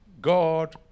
God